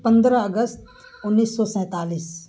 پندرہ اگست انیس سو سینتالیس